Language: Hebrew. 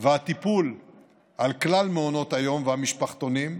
ולטיפול בכלל מעונות היום והמשפחתונים,